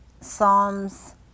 Psalms